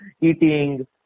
eating